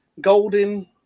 Golden